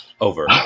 over